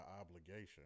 obligation